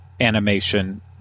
animation